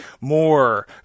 more